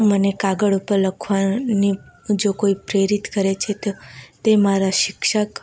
મને કાગળ ઉપર લખવાની જો કોઈ પ્રેરિત કરે છે તો તે મારા શિક્ષક